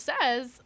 says